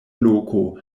loko